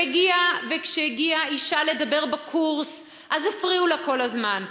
וכשהגיעה אישה לדבר בקורס הפריעו לה כל הזמן,